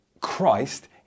Christ